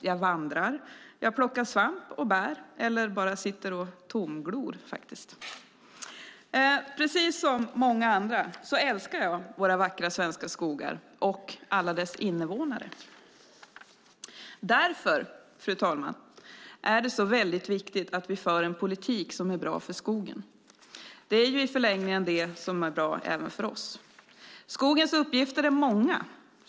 Jag vandrar. Jag plockar svamp och bär. Eller så sitter jag bara och tomglor, faktiskt. Precis som många andra älskar jag våra vackra svenska skogar och alla deras invånare. Därför, fru talman, är det viktigt att vi för en politik som är bra för skogen. Det är i förlängningen det som är bra även för oss. Skogens uppgifter är många.